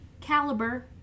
caliber